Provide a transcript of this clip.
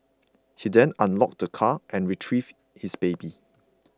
he then unlocked the car and retrieved his baby